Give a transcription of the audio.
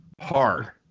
hard